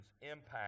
impact